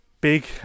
Big